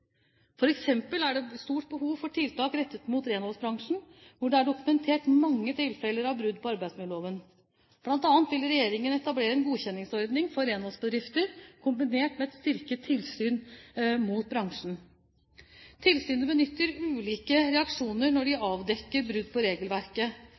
er det et stort behov for tiltak rettet mot renholdsbransjen, hvor det er dokumentert mange tilfeller av brudd på arbeidsmiljøloven. Blant annet vil regjeringen etablere en godkjenningsordning for renholdsbedrifter, kombinert med en styrket tilsynsinnsats mot bransjen. Tilsynet benytter ulike reaksjoner når de